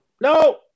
No